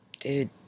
Dude